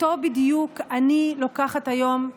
אותו בדיוק אני לוקחת היום,